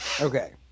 Okay